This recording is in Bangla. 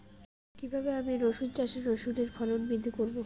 কীভাবে আমি রসুন চাষে রসুনের ফলন বৃদ্ধি করব?